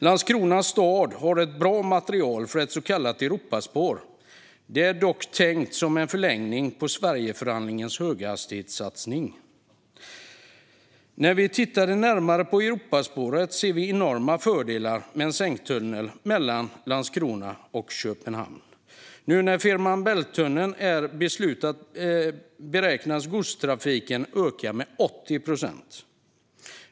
Landskrona stad har ett bra material för ett så kallat Europaspår. Det är dock tänkt som en förlängning på Sverigeförhandlingens höghastighetssatsning. När vi tittar närmare på Europaspåret ser vi enorma fördelar med en sänktunnel mellan Landskrona och Köpenhamn. Nu när Fehmarn Bält-tunneln är beslutad beräknas godstrafiken öka med 80 procent.